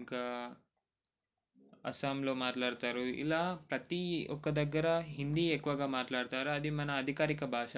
ఇంకా అస్సాంలో మాట్లాడతారు ఇలా ప్రతీ ఒక్క దగ్గర హిందీ ఎక్కువగా మాట్లాడతారు అది మన అధికారిక భాష